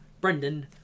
brendan